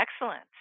excellent